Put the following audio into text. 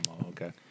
okay